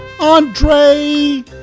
Andre